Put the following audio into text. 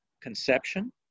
conception